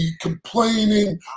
complaining